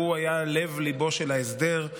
שהוא היה לב-ליבו של ההסדר,